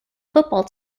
football